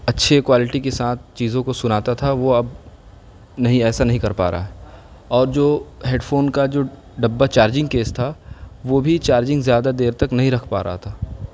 اچھے کوالٹی کے ساتھ چیزوں کو سناتا تھا وہ اب نہیں ایسا نہیں کر پا رہا ہے اور جو ہیڈ فون کا جو ڈبہ چارجنگ کیس تھا وہ بھی چارجنگ زیادہ دیر تک نہیں رکھ پا رہا تھا